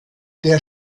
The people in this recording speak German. der